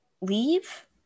leave